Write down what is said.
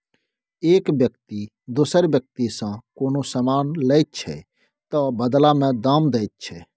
एक बेकती दोसर बेकतीसँ कोनो समान लैत छै तअ बदला मे दाम दैत छै